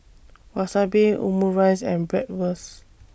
Wasabi Omurice and Bratwurst